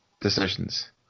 decisions